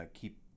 keep